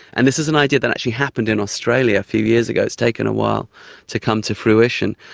and this is an idea that actually happened in australia a few years ago, it's taken a while to come to fruition,